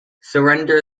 surrender